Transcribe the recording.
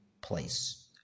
place